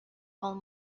whole